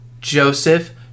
Joseph